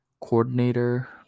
coordinator